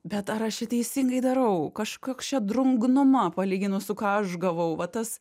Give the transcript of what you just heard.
bet ar aš čia teisingai darau kažkoks čia drungnuma palyginus su ką aš gavau va tas